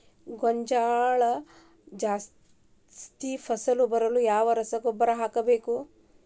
ಗೋಂಜಾಳ ಜಾಸ್ತಿ ಫಸಲು ಬರಲು ಯಾವ ಸರಕಾರಿ ಗೊಬ್ಬರ ಬಳಸಬೇಕು?